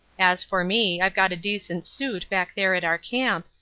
as for me, i've got a decent suit back there at our camp,